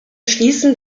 schließen